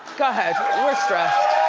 go ahead, we're stressed.